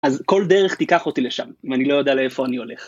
אז כל דרך תיקח אותי לשם, אם אני לא יודע לאיפה אני הולך.